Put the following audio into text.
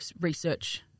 research